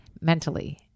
mentally